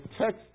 text